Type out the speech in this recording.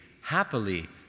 happily